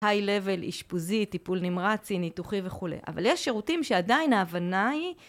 High level, אישפוזי, טיפול נמרצי, ניתוחי וכו', אבל יש שירותים שעדיין ההבנה היא...